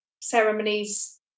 ceremonies